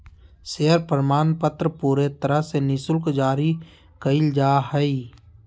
share प्रमाणपत्र पूरे तरह से निःशुल्क जारी कइल जा हइ